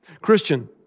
Christian